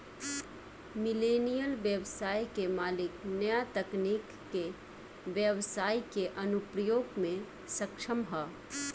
millennial ब्यबसाय के मालिक न्या तकनीक के ब्यबसाई के अनुप्रयोग में सक्षम ह